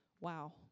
wow